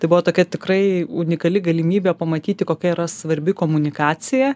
tai buvo tokia tikrai unikali galimybė pamatyti kokia yra svarbi komunikacija